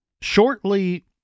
shortly